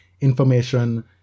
information